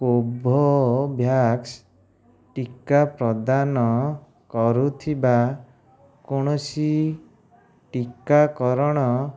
Covovax ଟିକା ପ୍ରଦାନ କରୁଥିବା କୌଣସି ଟିକାକରଣ